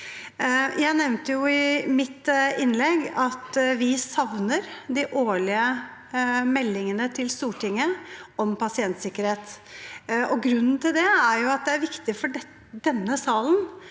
Jeg nevnte i mitt innlegg at vi savner de årlige meldingene til Stortinget om pasientsikkerhet, og grunnen til det er at det er viktig for denne salen